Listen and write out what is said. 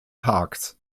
parks